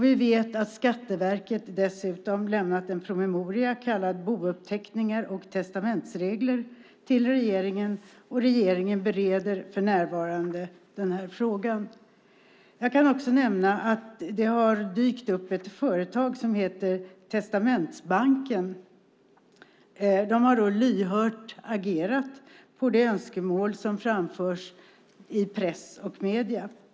Vi vet att Skatteverket dessutom har lämnat en promemoria kallad Bouppteckningar och testamentsregler till regeringen, och regeringen bereder för närvarande den här frågan. Jag kan också nämna att det har dykt upp ett företag som heter Testamentsbanken. De har lyhört agerat på de önskemål som framförts i press och medier.